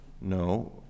No